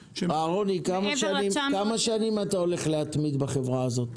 כמה שנים אתה הולך להתמיד בחברה הזאת?